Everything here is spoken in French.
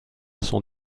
son